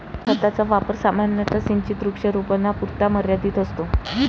खताचा वापर सामान्यतः सिंचित वृक्षारोपणापुरता मर्यादित असतो